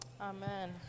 Amen